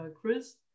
chris